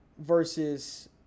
versus